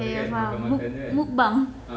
ya ya ya faham muk~ mukbang